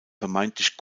vermeintlich